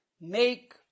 make